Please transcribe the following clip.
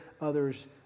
others